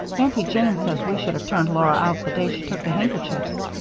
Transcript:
aunty jane says we should have turned laura out the day she took the handkerchiefs.